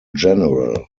general